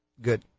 Good